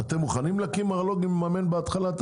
אתם מוכנים להקים מרלו"גים ולממן בהתחלה את